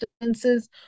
instances